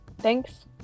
Thanks